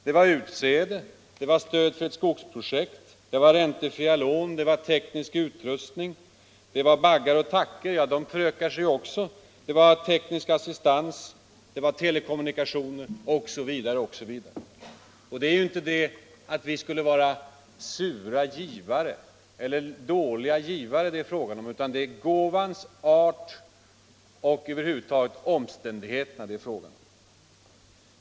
Det var utsäde, stöd till ett skogsprojekt, teknisk utrustning, baggar och tackor — ja, de förökar sig ju också — det var teknisk assistans, telekommunikationsutrustning osv. Det är inte det att vi skulle vara ”sura givare” eller dåliga givare, utan det är gåvans art och över huvud taget omständigheterna det är fråga om.